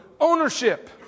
ownership